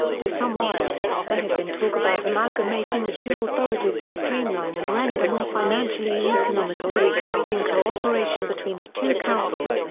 for some while, there has been talk about amalgamating the two authorities to streamline and render more financially economical the existing co-operation between the two councils,